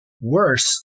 Worse